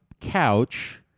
couch